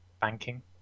banking